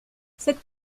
cette